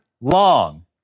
long